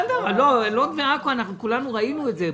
בלוד ובעכו כולנו ראינו את זה.